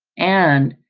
and,